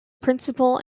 principal